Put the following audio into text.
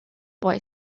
boy